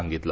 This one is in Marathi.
सांगितलं